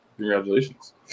congratulations